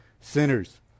sinners